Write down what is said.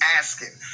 asking